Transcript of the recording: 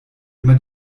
immer